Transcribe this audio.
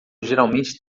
geralmente